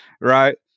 right